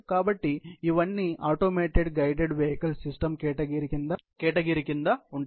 కాబట్టి ఇవన్నీ automated guided vehicle system category కింద ఉంటాయి